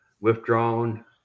withdrawn